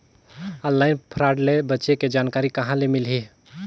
Online fraud ले बचे के जानकारी कहां ले मिलही?